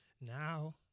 Now